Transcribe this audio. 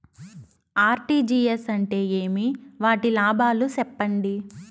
RTGS అంటే ఏమి? వాటి లాభాలు సెప్పండి?